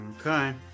Okay